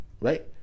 Right